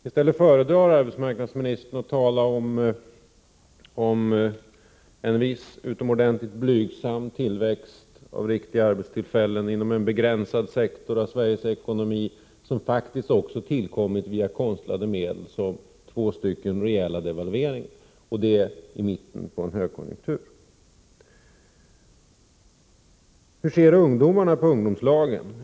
I stället föredrar arbetsmarknadsministern att tala om en viss, utomordentligt blygsam, tillväxt av riktiga arbetstillfällen inom en begränsad sektor av Sveriges ekonomi — som faktiskt också tillkommit genom sådana konstlade medel som två rejäla devalveringar mitt i en högkonjunktur. Hur ser ungdomarna på ungdomslagen?